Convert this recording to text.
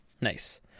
Nice